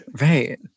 Right